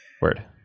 Word